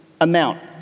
amount